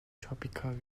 tropical